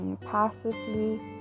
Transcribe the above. Passively